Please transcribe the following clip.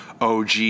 OG